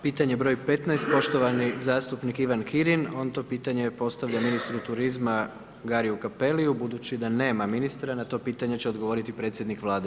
Pitanje broj 15, poštovani zastupnik Ivan Kirin, on to pitanje postavlja ministru turizma Gariju Capelliju budući da nema ministra na to pitanje će odgovoriti predsjednik Vlade.